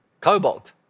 Cobalt